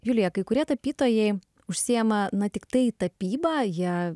julija kai kurie tapytojai užsiima na tiktai tapyba jie